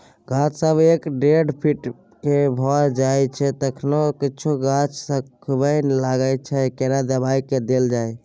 गाछ जब एक डेढ फीट के भ जायछै तखन कुछो गाछ सुखबय लागय छै केना दबाय देल जाय?